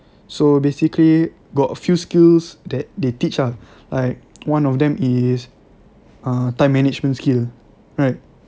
so basically got a few skills that they teach ah like one of them is ah time management skill right